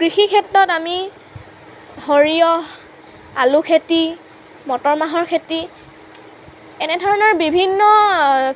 কৃষি ক্ষেত্ৰত আমি সৰিয়হ আলু খেতি মটৰ মাহৰ খেতি এনেধৰণৰ বিভিন্ন